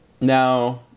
Now